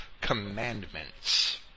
commandments